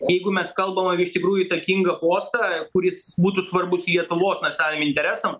jeigu mes kalbam iš tikrųjų įtakingą postą kuris būtų svarbus lietuvos nacionaliniam interesam